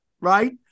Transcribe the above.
Right